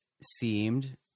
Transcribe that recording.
seemed